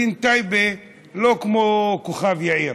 דין טייבה לא כדין כוכב יאיר.